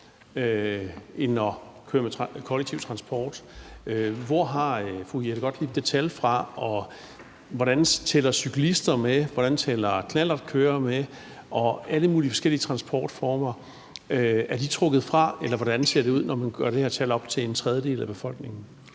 end at køre med kollektiv transport. Hvor har fru Jette Gottlieb det tal fra? Og hvordan tæller cyklister med, og hvordan tæller knallertkørere med? Er alle mulige forskellige transportformer trukket fra? Eller hvordan ser det ud, når man gør det her tal op til en tredjedel af befolkningen?